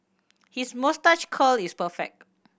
his moustache curl is perfect